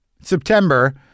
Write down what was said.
September